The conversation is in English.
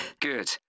good